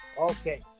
Okay